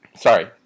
Sorry